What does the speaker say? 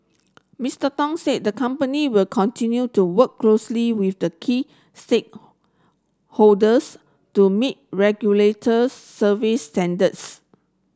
Mister Tong said the company will continue to work closely with the key stake holders to meet regulator service standards